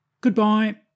Goodbye